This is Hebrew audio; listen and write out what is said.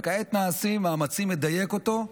וכעת נעשים מאמצים לדייק אותו.